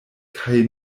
kaj